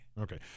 Okay